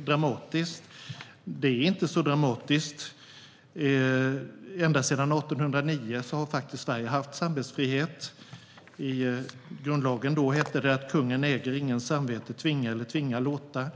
dramatiskt. Det är inte så dramatiskt. Ända sedan 1809 har Sverige faktiskt haft samvetsfrihet i grundlagen. Då hette det att kungen äger ingens samvete tvinga eller tvinga låta.